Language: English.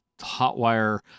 hotwire